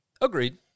Agreed